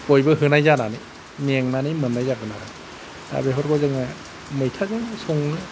बयबो होनाय जानानै मेंनानै मोननाय जागोन आरो दा बेफोरखौ जोङो मैथाजों सङो